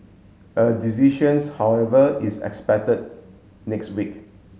a decisions however is expected next week